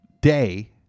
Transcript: day